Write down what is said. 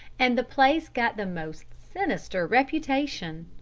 and the place got the most sinister reputation.